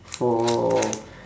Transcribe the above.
for